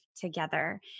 Together